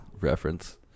reference